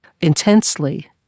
intensely